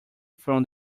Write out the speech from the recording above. from